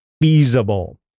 feasible